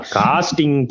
casting